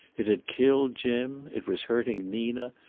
it had killed jim. it was hurting nina.